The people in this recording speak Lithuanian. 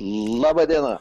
laba diena